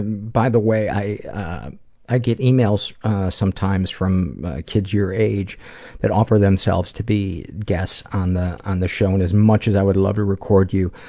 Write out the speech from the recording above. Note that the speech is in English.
by the way, i i get emails sometimes from kids your age that offer themselves to be guests on the on the show, and as much as i would love to record you,